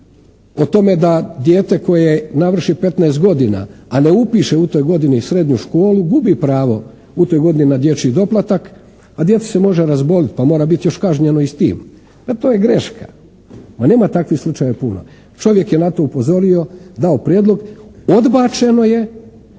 o tome da dijete koje navrši 15 godina a ne upiše u toj godini srednju školu gubi pravo u toj godini na dječji doplata, a dijete se može razboliti pa mora biti još kažnjeno i s tim, pa to je greška. Nema takvih slučajeva puno. Čovjek je na to upozorio, dao prijedlog, odbačeno je